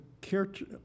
character